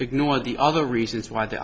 ignore the other reasons why the